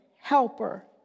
helper